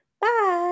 Bye